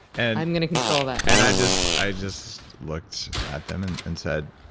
and i'm going to control that and i just i just looked at them and and said,